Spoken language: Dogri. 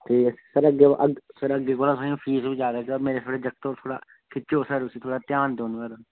ते सर अग्गें अग्गें कोला तुसें ई फीस बी जैदा देह्गा मेरा जेह्ड़ा जागत उसी थोह्ड़ा खिच्चेओ सर उसी थोह्ड़ा ध्यान देओ नुआढ़े उप्पर